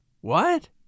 What